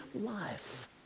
life